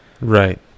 Right